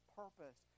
purpose